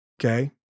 okay